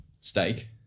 Steak